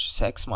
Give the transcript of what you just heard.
sex